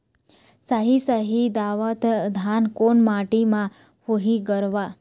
साही शाही दावत धान कोन माटी म होही गरवा?